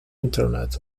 internet